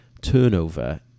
turnover